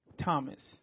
Thomas